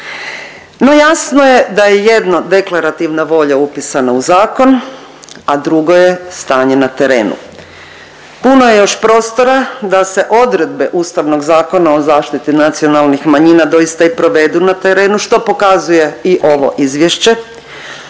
No jasno je da je jedno deklarativna volja upisana u zakon, a drugo je stanje na terenu. Puno je još prostora da se odredbe Ustavnog zakona o zaštiti nacionalnih manjina doista i provedu na terenu, što pokazuje i ovo izvješće,